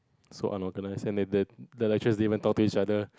so unlocalized that that that that lecturer is even talk to each other